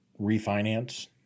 refinance